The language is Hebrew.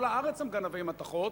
כל הארץ הם גנבי מתכות,